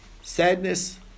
sadness